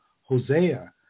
Hosea